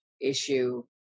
issue